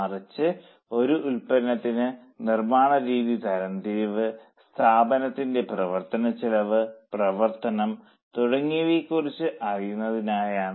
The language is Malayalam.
മറിച്ച് ഒരു ഉൽപ്പന്നത്തിന് നിർമ്മാണരീതി തരംതിരിവ് സ്ഥാപനത്തിന്റെ പ്രവർത്തനച്ചെലവ് പ്രവർത്തനം തുടങ്ങിയവയെക്കുറിച്ചും അറിയുന്നതിനായാണ്